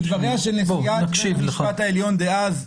ודבריה של נשיאת בית המשפט העליון דאז,